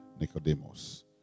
Nicodemus